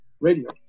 radio